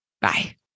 Bye